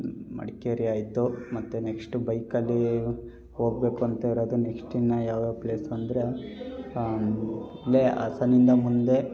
ಮಡಿಕೇರಿ ಆಯಿತು ಮತ್ತು ನೆಕ್ಷ್ಟು ಬೈಕಲ್ಲಿ ಹೋಗ್ಬೇಕು ಅಂತ ಇರೋದು ನೆಕ್ಸ್ಟ್ ಇನ್ನು ಯಾವ ಯಾವ ಪ್ಲೇಸು ಅಂದರೆ ಇಲ್ಲೇ ಹಾಸನಿಂದ ಮುಂದೆ